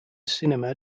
cinema